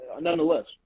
nonetheless